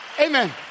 Amen